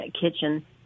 kitchen